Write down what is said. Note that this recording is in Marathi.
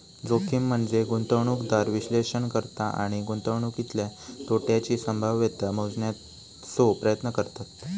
जोखीम म्हनजे गुंतवणूकदार विश्लेषण करता आणि गुंतवणुकीतल्या तोट्याची संभाव्यता मोजण्याचो प्रयत्न करतत